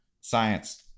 Science